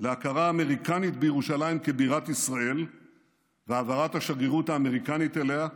להכרה אמריקנית בירושלים כבירת ישראל והעברת השגרירות האמריקנית אליה,